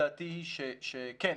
דעתי היא שכן,